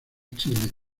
chile